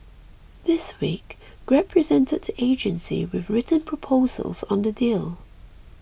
this week Grab presented the agency with written proposals on the deal